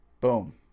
Boom